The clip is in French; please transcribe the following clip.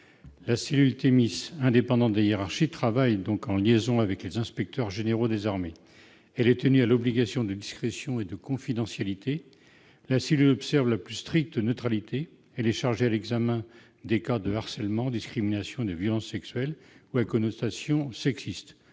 La cellule Thémis, indépendante des hiérarchies, travaille en liaison avec les inspecteurs généraux des armées. Elle est tenue à une obligation de discrétion et de confidentialité. Elle observe la plus stricte neutralité. Elle est chargée d'examiner les cas de harcèlement, de discrimination, de violences sexuelles ou à connotation sexiste,